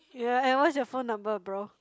ya and what's your phone number bro